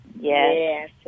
Yes